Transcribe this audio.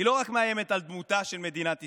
היא לא רק מאיימת על דמותה של מדינת ישראל,